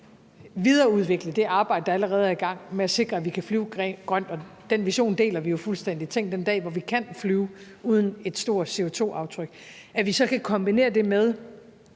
kan videreudvikle det arbejde, der allerede er i gang, med at sikre, at vi kan flyve grønt. Den vision deler vi jo fuldstændig. Tænk, når vi en dag kan flyve uden et stort CO2-aftryk. Og hvis vi også kan kombinere det med